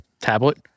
tablet